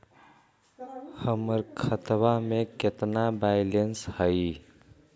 हमर खतबा में केतना बैलेंस हई?